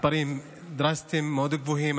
מספרים דרסטיים, מאוד גבוהים.